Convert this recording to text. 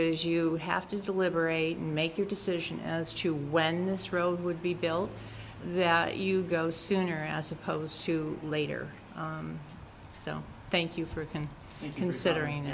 is you have to deliberate and make your decision as to when this road would be built that you go sooner as opposed to later so thank you for can you considering